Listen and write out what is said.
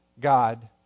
God